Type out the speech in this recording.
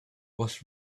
was